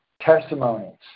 testimonies